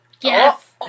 Yes